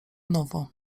nowo